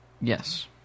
Yes